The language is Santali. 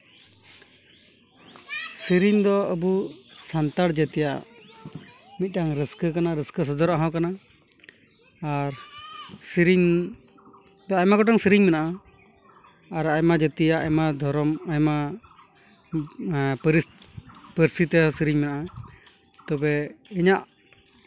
ᱥᱤᱨᱤᱧ ᱫᱚ ᱟᱵᱚ ᱥᱟᱱᱛᱟᱲ ᱡᱟᱛᱤᱭᱟᱜ ᱢᱤᱫᱴᱟᱝ ᱨᱟᱹᱥᱠᱟᱹ ᱠᱟᱱᱟ ᱥᱚᱫᱚᱨᱟᱜ ᱦᱚᱸ ᱠᱟᱱᱟ ᱟᱨ ᱥᱤᱨᱤᱧ ᱫᱚ ᱟᱭᱢᱟ ᱜᱚᱴᱟᱝ ᱥᱤᱨᱤᱧ ᱢᱮᱱᱟᱜᱼᱟ ᱟᱨ ᱟᱭᱢᱟ ᱡᱟᱛᱤᱭᱟᱜ ᱟᱭᱢᱟ ᱫᱷᱚᱨᱚᱢ ᱟᱭᱢᱟ ᱯᱟᱹᱨᱤᱥ ᱯᱟᱹᱨᱥᱤ ᱛᱮ ᱥᱤᱨᱤᱧ ᱢᱮᱱᱟᱜᱼᱟ ᱛᱚᱵᱮ ᱤᱧᱟᱹᱜ